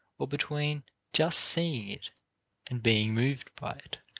or between just seeing it and being moved by it